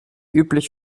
üblich